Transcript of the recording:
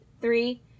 Three